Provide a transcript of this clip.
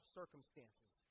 circumstances